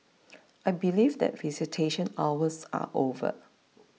I believe that visitation hours are over